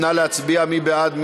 נא להצביע, מי בעד?